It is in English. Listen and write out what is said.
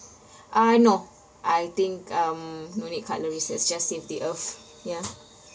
uh no I think um no need cutleries let's just save the earth ya